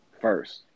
first